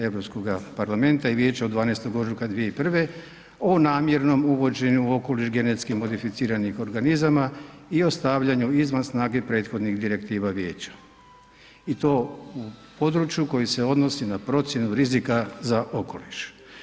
Europskoga parlamenta i vijeća od 12. ožujka 2001. o namjernom uvođenju u okoliš genetskih modificiranih organizama i o stavljanju izvan snage prethodnih Direktiva vijeća i to u području koji se odnosi na procjenu rizika za okoliš.